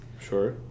Sure